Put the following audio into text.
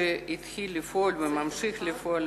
שהתחיל לפעול וממשיך לפעול,